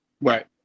right